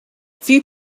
few